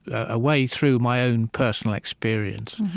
a way through my own personal experience,